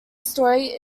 story